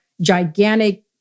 gigantic